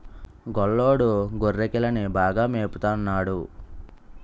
గొల్లోడు గొర్రెకిలని బాగా మేపత న్నాడు